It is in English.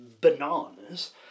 bananas